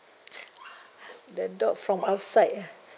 the dog from outside ah